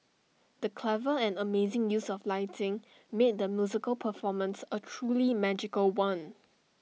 the clever and amazing use of lighting made the musical performance A truly magical one